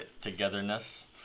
togetherness